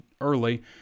early